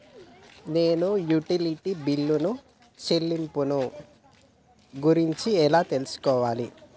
నేను utility bill చెల్లింపులను గురించి ఎలా తెలుసుకోవాలి?